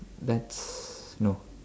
that's no